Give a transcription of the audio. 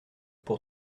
pour